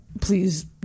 please